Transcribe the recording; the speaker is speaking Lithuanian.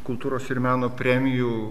kultūros ir meno premijų